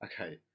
Okay